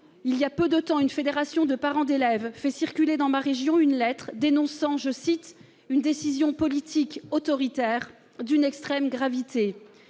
voilà peu de temps, une fédération de parents d'élèves a fait circuler dans ma région une lettre dénonçant « une décision politique autoritaire d'une extrême gravité »